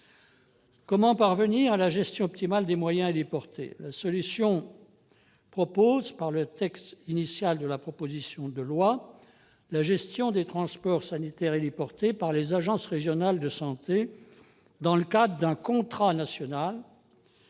Comment parvenir à la gestion optimale des moyens héliportés ?